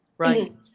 Right